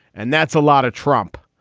and that's a lot of trump.